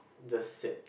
just sit